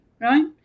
right